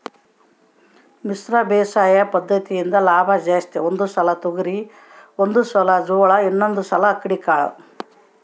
ಮಿಶ್ರ ಬೇಸಾಯ ಪದ್ದತಿಯಿಂದ ಲಾಭ ಜಾಸ್ತಿ ಒಂದು ಸಾಲು ತೊಗರಿ ಒಂದು ಜೋಳ ಇನ್ನೊಂದು ಅಕ್ಕಡಿ ಕಾಳು